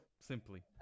simply